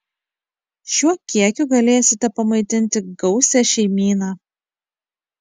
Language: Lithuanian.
šiuo kiekiu galėsite pamaitinti gausią šeimyną